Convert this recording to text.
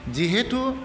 जिहेतु